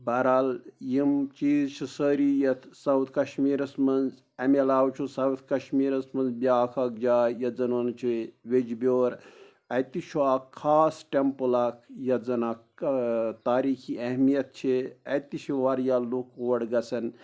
بہر حال یِم چیٖز چھِ سٲری یَتھ سَوُتھ کشمیٖرَس منٛز اَمہِ علاوٕ چھُ سَوُتھ کشمیٖرَس منٛز بیٛاکھ اَکھ جاے یَتھ زَن وَنان چھِ یجہِ بیٚور اَتہِ تہِ چھُ اَکھ خاص ٹٮ۪مپٕل اَکھ یَتھ زَن اَکھ تٲریٖخی اہمیت چھِ اَتتہِ چھِ واریاہ لُکھ اور گَژھان